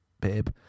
babe